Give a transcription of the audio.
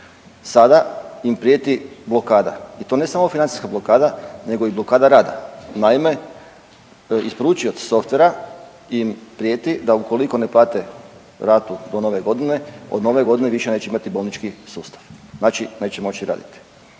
Sada im prijeti blokada i to ne samo financijska blokada nego i blokada rada. Naime, isporučioc softvera im prijeti da ukoliko ne plate ratu do Nove Godine od Nove Godine više neće imati bolnički sustav, znači neće moći raditi.